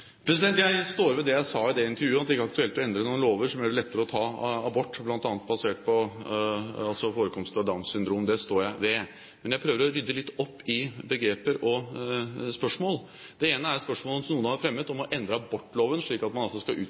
Jeg står ved det jeg sa i det intervjuet, at det ikke er aktuelt å endre noen lover slik at man gjør det lettere å ta abort bl.a. basert på forekomst av Downs syndrom. Det står jeg ved. Jeg prøver å rydde litt opp i begreper og spørsmål. Det ene er spørsmålet som noen har fremmet, om å endre abortloven, slik at man skal